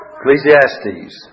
Ecclesiastes